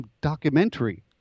documentary